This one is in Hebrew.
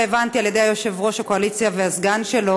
הבנתי על ידי יושב-ראש הקואליציה והסגן שלו